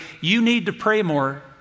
you-need-to-pray-more